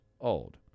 old